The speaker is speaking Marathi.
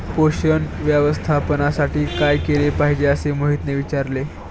पोषण व्यवस्थापनासाठी काय केले पाहिजे असे मोहितने विचारले?